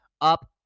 up